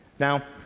now,